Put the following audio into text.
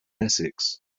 essex